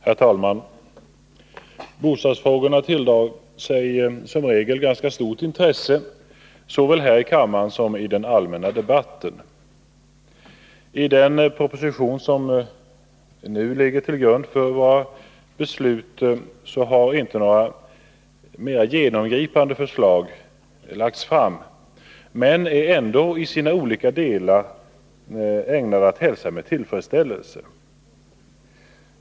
Herr talman! Bostadsfrågorna tilldrar sig i regel ganska stort intresse såväl här i kammaren som i den allmänna debatten. I den proposition som nu behandlas har regeringen inte lagt fram några mer genomgripande förslag. Propositionen är ändå i sina olika delar ägnad att hälsas med tillfredsställelse.